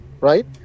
right